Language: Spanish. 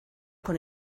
con